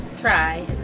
try